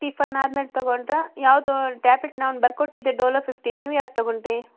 tiffin ಆದ್ಮೇಲೆ ತೊಗೊಂಡ್ರಾ ಯಾವುದು ಟ್ಯಾಬ್ಲೆಟ್ ನಾನು ಬರ್ದು ಕೊಟ್ಟಿದ್ದು ಡೊಲೋ ಫಿಫ್ಟಿನ್ ನೀವು ಯಾವ್ದು ತೊಗೊಂಡ್ರಿ